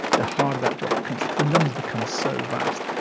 the harder that job becomes because the numbers become so vast.